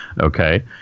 okay